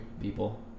people